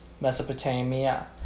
Mesopotamia